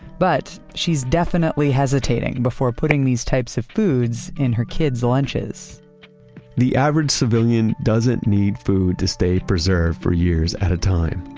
but she's definitely hesitating before putting these types of foods in her kids' lunches the average civilian doesn't need food to stay preserved for years at a time,